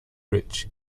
rich